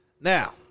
Now